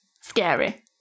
scary